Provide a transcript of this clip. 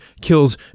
kills